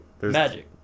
Magic